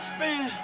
Spin